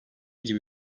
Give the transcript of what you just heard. gibi